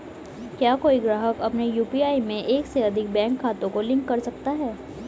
क्या कोई ग्राहक अपने यू.पी.आई में एक से अधिक बैंक खातों को लिंक कर सकता है?